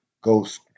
Ghost